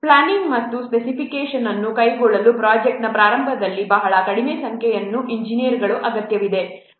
planning ಮತ್ತು specification ಅನ್ನು ಕೈಗೊಳ್ಳಲು ಪ್ರೊಜೆಕ್ಟ್ನ ಪ್ರಾರಂಭದಲ್ಲಿ ಬಹಳ ಕಡಿಮೆ ಸಂಖ್ಯೆಯ ಎಂಜಿನಿಯರ್ಗಳ ಅಗತ್ಯವಿದೆ